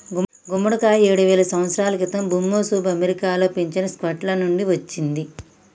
గుమ్మడికాయ ఏడువేల సంవత్సరాల క్రితం ఋమెసోఋ అమెరికాలో పెంచిన స్క్వాష్ల నుండి వచ్చింది